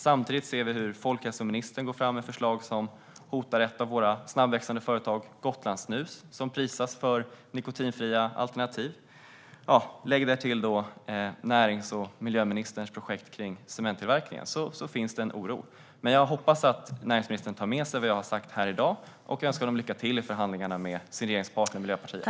Samtidigt ser vi hur folkhälsoministern går fram med förslag som hotar ett av våra snabbväxande företag, Gotlandssnus, som prisas för nikotinfria alternativ. Till detta kan läggas näringsministerns och miljöministerns projekt kring cementtillverkningen. Det finns en oro. Jag hoppas att näringsministern tar med sig vad jag har sagt här i dag, och jag önskar honom lycka till i förhandlingarna med regeringspartnern Miljöpartiet!